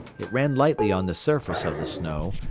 it ran lightly on the surface of the snow,